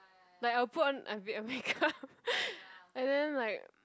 like I'll put on a bit of make-up and then like